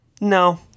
no